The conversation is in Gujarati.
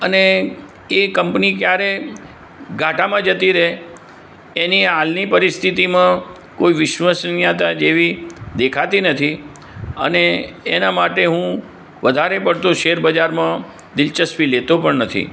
અને એ કંપની ક્યારે ઘાટામાં જતી રહે એની હાલની પરિસ્થિતિમાં કોઈ વિશ્વસનિયતા જેવી દેખાતી નથી અને એના માટે હું વધારે પડતો શેર બજારમાં દિલચસ્પી લેતો પણ નથી